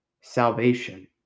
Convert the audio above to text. salvation